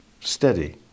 Steady